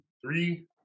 Three